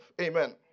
Amen